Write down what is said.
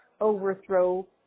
overthrow